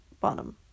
Bottom